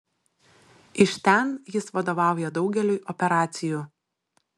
iš ten jis vadovauja daugeliui operacijų